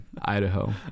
Idaho